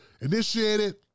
initiated